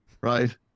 right